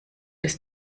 des